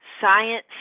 science